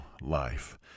life